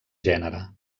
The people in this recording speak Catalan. gènere